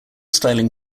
styling